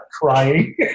crying